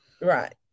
Right